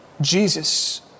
Jesus